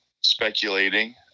speculating